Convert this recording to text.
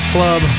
Club